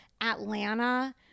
Atlanta